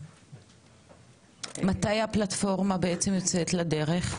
מתי הפלטפורמה יוצאת לדרך?